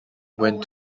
went